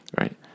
right